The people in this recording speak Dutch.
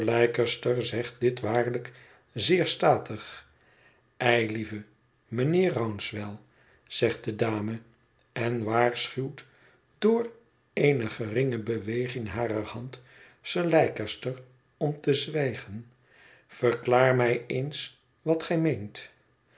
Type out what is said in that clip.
zegt dit waarlijk zeer statig eilieve mijnheer rouncewell zegt de dame en waarschuwt door eene geringe beweging harer hand sir leicester om te zwijgen verklaar mij eens wat gij meent